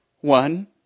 one